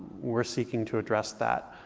we are seeking to address that.